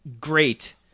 great